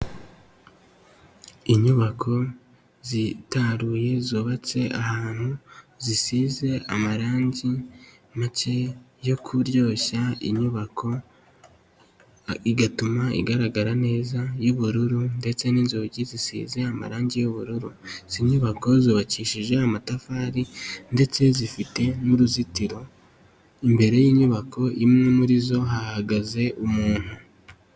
Inyubako zitaruye zubatse ahantu zisize amarangi make yo kuryoshya inyubako igatuma igaragara neza y'ubururu ndetse n'inzugi zisize amarangi y'ubururu. Izi nyubako zubakishije amatafari ndetse zifite n'uruzitiro imbere y'inyubako imwe muri zo hahagaze umuntu.